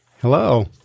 Hello